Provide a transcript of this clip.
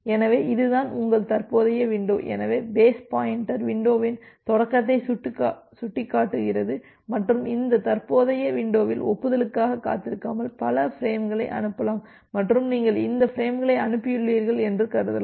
எனவே இதுதான் உங்கள் தற்போதைய வின்டோ எனவே பேஸ் பாயின்டர் விண்டோவின் தொடக்கத்தை சுட்டிக்காட்டுகிறது மற்றும் இந்த தற்போதைய விண்டோவில் ஒப்புதலுக்காக காத்திருக்காமல் பல பிரேம்களை அனுப்பலாம் மற்றும் நீங்கள் இந்த பிரேம்களை அனுப்பியுள்ளீர்கள் என்று கருதலாம்